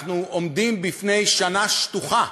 אנחנו עומדים בפני שנה שטוחה,